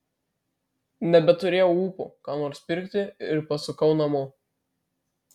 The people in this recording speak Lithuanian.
nebeturėjau ūpo ką nors pirkti ir pasukau namo